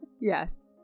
Yes